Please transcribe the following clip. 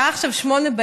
השעה עכשיו 20:00,